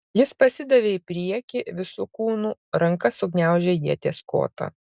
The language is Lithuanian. jis pasidavė į priekį visu kūnu ranka sugniaužė ieties kotą